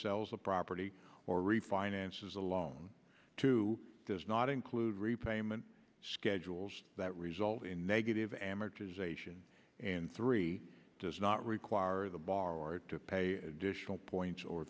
sells a property or refinances alone to does not include repayment schedules that result in negative amortization and three does not require the borrower to pay additional points or